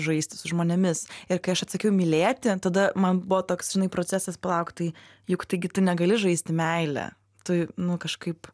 žaisti su žmonėmis ir kai aš atsakiau mylėti tada man buvo toks žinai procesas palauk tai juk taigi tu negali žaisti meilę tai nu kažkaip